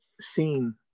seen